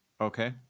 Okay